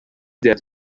that